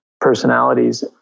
personalities